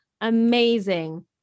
amazing